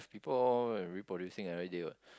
people all reproducing everyday what